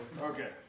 okay